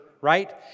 right